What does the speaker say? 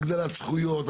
הגדלת זכויות,